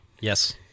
Yes